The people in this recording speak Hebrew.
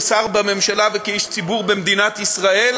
כשר בממשלה וכאיש ציבור במדינת ישראל,